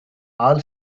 all